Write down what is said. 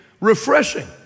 refreshing